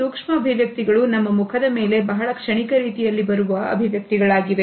ಸೂಕ್ಷ್ಮ ಅಭಿವ್ಯಕ್ತಿಗಳು ನಮ್ಮ ಮುಖದ ಮೇಲೆ ಬಹಳ ಕ್ಷಣಿಕ ರೀತಿಯಲ್ಲಿ ಬರುವ ಅಭಿವ್ಯಕ್ತಿಗಳಾಗಿವೆ